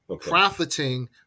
profiting